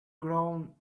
grow